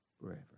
Forever